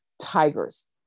Tigers